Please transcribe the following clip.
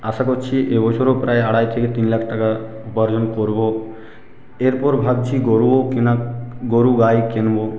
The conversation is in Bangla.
আশা করছি এ বছরও প্রায় আড়াই থেকে তিন লাখ টাকা উপার্জন করবো এরপর ভাবছি গরুও কেনা গরু গাই কিনবো